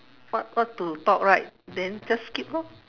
what what to talk right then just skip lor